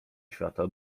świata